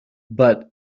but